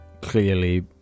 clearly